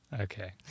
Okay